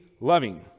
loving